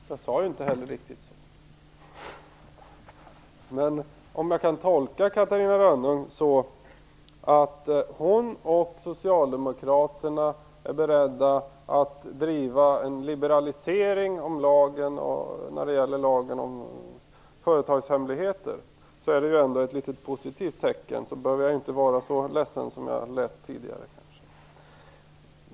Fru talman! Jag sade ju inte heller riktigt så. Men om jag kan tolka Catarina Rönnung så att hon och Socialdemokraterna är beredda att driva en liberalisering när det gäller lagen om företagshemligheter är det ju ändå ett litet positivt tecken, och jag behöver inte vara så ledsen som jag lät tidigare.